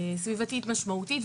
סביבתית משמעותית.